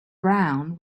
brown